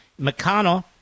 McConnell